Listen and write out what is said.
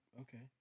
okay